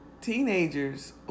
teenagers